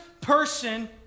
person